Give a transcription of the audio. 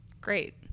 Great